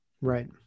Right